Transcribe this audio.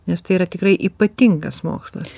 nes tai yra tikrai ypatingas mokslas